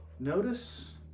notice